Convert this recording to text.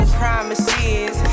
promises